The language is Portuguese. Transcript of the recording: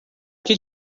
que